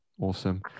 Awesome